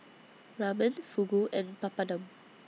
Ramen Fugu and Papadum